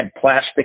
plastic